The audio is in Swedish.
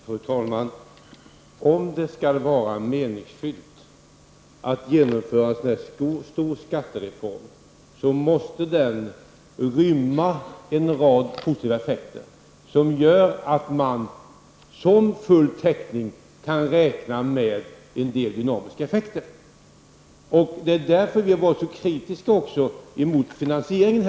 Fru talman! Om det skall vara meningsfullt att genomföra en stor skattereform måste den rymma en rad positiva effekter som gör att man som full täckning kan räkna med en del dynamiska effekter. Det är därför vi var så kritiska mot finansieringen.